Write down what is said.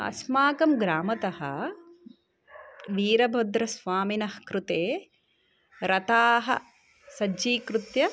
अस्माकं ग्रामतः वीरभद्रस्वामिनः कृते रथान् सज्जीकृत्य